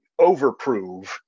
overprove